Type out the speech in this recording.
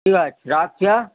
ঠিক আছে রাখছি হ্যাঁ